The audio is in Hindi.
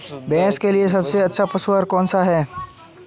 भैंस के लिए सबसे अच्छा पशु आहार कौनसा है?